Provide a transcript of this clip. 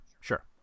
sure